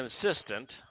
consistent